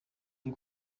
iri